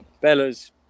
Bella's